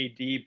AD